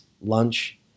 lunch